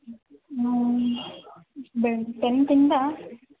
ಊಂ ಬೆಳೆ ಟೆಂತಿಂದ